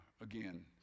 again